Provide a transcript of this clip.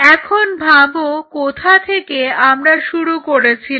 এখন ভাবো কোথা থেকে আমরা শুরু করেছিলাম